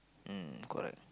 mm correct